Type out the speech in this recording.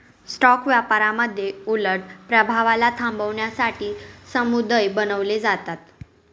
stock व्यापारामध्ये उलट प्रभावाला थांबवण्यासाठी समुदाय बनवले जातात